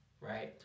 right